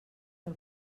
del